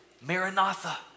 Maranatha